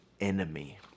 enemy